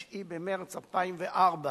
9 במרס 2004,